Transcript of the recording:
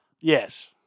Yes